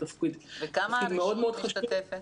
תפקיד מאוד מאוד חשוב -- כמה הרשות משתתפת?